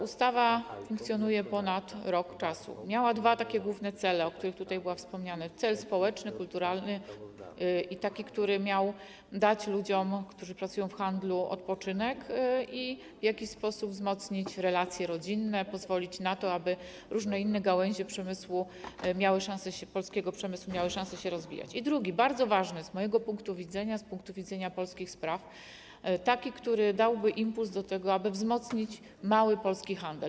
Ustawa funkcjonuje ponad rok czasu, miała takie dwa główne cele, o których tutaj było wspomniane: cel społeczny, kulturalny, taki, który miał dać ludziom, którzy pracują w handlu, odpoczynek i w jakiś sposób wzmocnić relacje rodzinne, pozwolić na to, aby różne inne gałęzie polskiego przemysłu miały szansę się rozwijać, i drugi, bardzo ważny z mojego punktu widzenia, z punktu widzenia Polskich Spraw, taki, który dałby impuls do tego, aby wzmocnić mały polski handel.